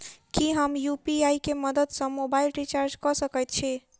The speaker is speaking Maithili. की हम यु.पी.आई केँ मदद सँ मोबाइल रीचार्ज कऽ सकैत छी?